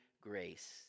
grace